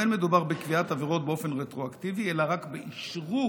לא מדובר בקביעת עבירות באופן רטרואקטיבי אלא רק באשרור